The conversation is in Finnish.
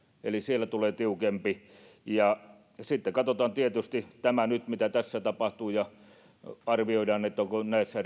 eli siellä tulee tiukempaa ja sitten katsotaan tietysti nyt tämä mitä tässä tapahtuu ja arvioidaan onko näissä